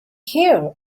here